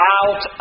out